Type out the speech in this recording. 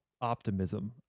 optimism